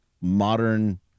modern